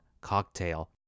cocktail